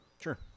Sure